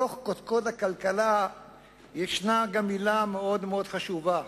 בקודקוד הכלכלה יש גם, מלה מאוד מאוד חשובה,